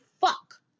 fuck